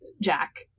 Jack